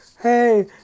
hey